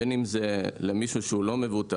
בין אם זה למישהו שהוא לא מבוטח,